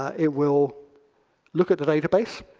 it will look at the database.